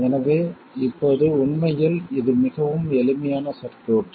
எனவே இப்போது உண்மையில் இது மிகவும் எளிமையான சர்க்யூட்